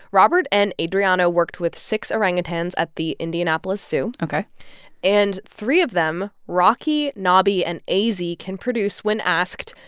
robert and adriano worked with six orangutans at the indianapolis zoo ok and three of them rocky, knobi and azy can produce, when asked,